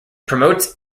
promotes